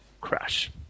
crash